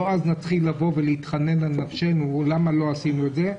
לא אז נתחיל לבוא ולהתחנן על נפשנו: למה לא עשינו את זה.